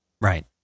Right